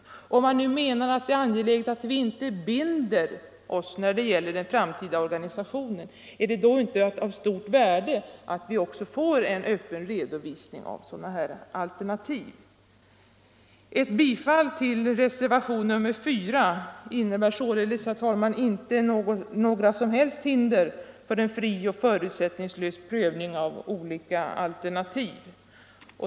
Om man menar att det är angeläget att vi inte binder oss när det gäller den framtida organisationen, är det då inte av stort värde att vi också får en öppen redovisning av sådana här alternativ? Ett bifall till reservation nr 4 innebär således, herr talman, inte några som helst hinder för en fri och förutsättningslös prövning av olika alternativ.